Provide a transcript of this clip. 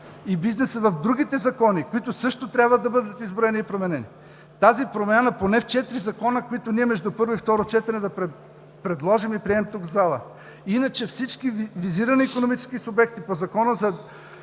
и бизнеса в другите закони, които също трябва да бъдат изброени и променени. Тази промяна е поне в четири закона, които ние между първо и второ четене да предложим и приемем тук, в залата. Иначе всички визирани икономически субекти по Закона за